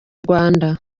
rwanda